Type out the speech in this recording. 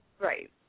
Right